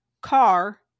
car